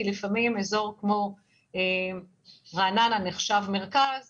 כי לפעמים אזור כמו רעננה נחשב מרכז